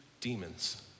demons